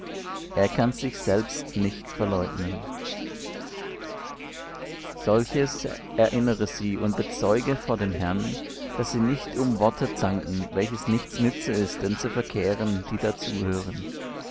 er kann sich selbst nicht verleugnen solches erinnere sie und bezeuge vor dem herrn daß sie nicht um worte zanken welches nichts nütze ist denn zu verkehren die da zuhören